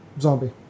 zombie